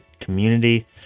community